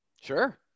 Sure